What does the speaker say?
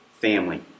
family